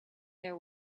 their